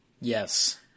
Yes